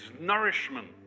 nourishment